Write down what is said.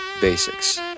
Basics